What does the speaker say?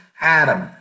Adam